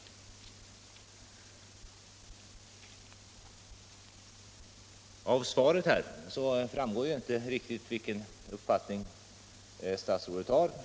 Av kommunministerns svar framgår inte riktigt vilken uppfattning statsrådet har.